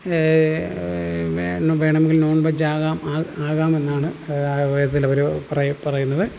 വേണ വേണമെങ്കിൽ നോൺ വെജാകാം ആകാമെന്നാണ് ഇതിൽ ഒരു പറയും പറയുന്നത്